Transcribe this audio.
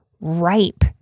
ripe